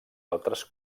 altres